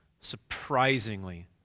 surprisingly